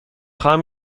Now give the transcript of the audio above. خواهم